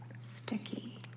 sticky